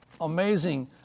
Amazing